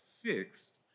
fixed